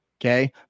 Okay